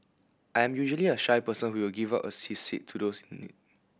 I'm usually a shy person who will give up a sea seat to those in need